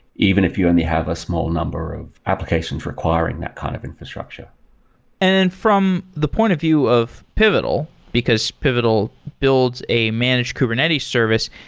even if you only have a small number of applications requiring that kind of infrastructure and from the point of view of pivotal, because pivotal builds a managed kubernetes service,